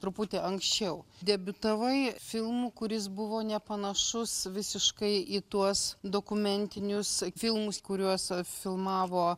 truputį anksčiau debiutavai filmu kuris buvo nepanašus visiškai į tuos dokumentinius filmus kuriuos filmavo